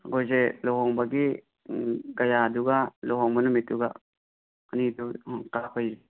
ꯑꯩꯈꯣꯏꯁꯦ ꯂꯣꯍꯣꯡꯕꯒꯤ ꯀꯌꯥꯗꯨꯒ ꯂꯨꯍꯣꯡꯕ ꯅꯨꯃꯤꯠꯇꯨꯒ ꯑꯅꯤꯗꯨꯗ